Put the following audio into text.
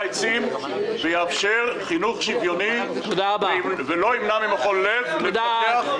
העצים ויאפשר חינוך שוויוני ולא ימנע ממכון "לב" להתפתח.